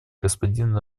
господин